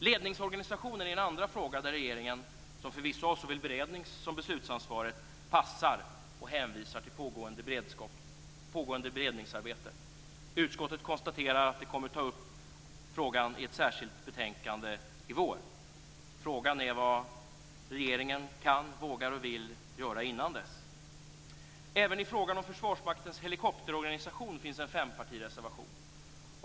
Ledningsorganisationen är den andra frågan där regeringen - som förvisso har såväl berednings som beslutsansvaret - passar och hänvisar till pågående beredningsarbete. Utskottet konstaterar att man kommer att ta upp frågan i ett särskilt betänkande i vår. Frågan är vad regeringen kan, vågar och vill göra innan dess. Även i frågan om Försvarsmaktens helikopterorganisation finns en fempartireservation.